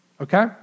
okay